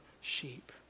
sheep